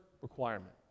requirement